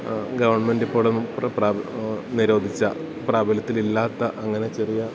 ഗവൺമെൻറ്റിപ്പോള് നിരോധിച്ച പ്രാബല്യത്തിലില്ലാത്ത അങ്ങനെ ചെറിയ